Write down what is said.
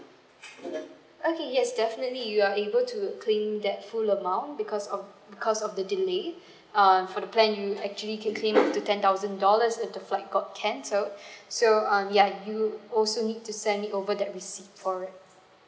mm okay yes definitely you are able to claim that full amount because of because of the delay um for the plan you actually can claim up to ten thousand dollars as the flight got cancel so um ya you also need to send it over the receipt for it